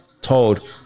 told